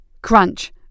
Crunch